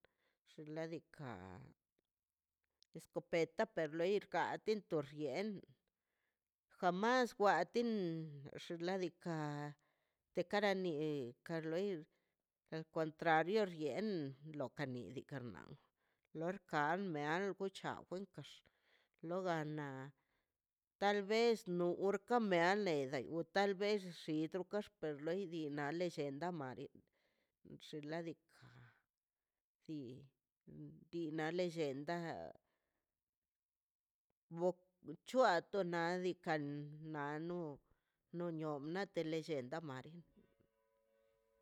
Xinladika escopeta per loi ga di ditor yeḻꞌ jamas wa tin xinladika te kara niie kar loi al contrario yeeṉ lo kanini karnal lorkan meal chawen kax logana talvez nookarme ane tal vez xidokax per loidi nal llenda omari xinladika dii dii na lellenda bchoatona diikan na ano nonio lete lellenda mari